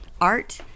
art